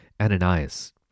Ananias